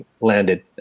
landed